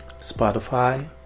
Spotify